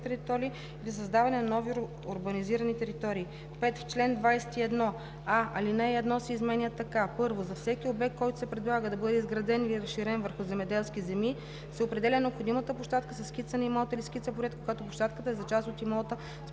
територии или за създаване на нови урбанизирани територии“. 5. В чл. 21: а) алинея 1 се изменя така: „(1) За всеки обект, който се предлага да бъде изграден или разширен върху земеделска земя, се определя необходимата площадка със скица на имота или скица-проект, когато площадката е за част от имота, с